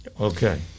Okay